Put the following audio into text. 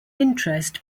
interest